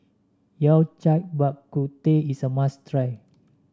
Yao Cai Bak Kut Teh is a must try